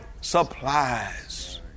supplies